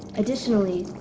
additionally,